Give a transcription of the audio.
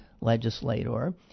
legislator